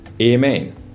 Amen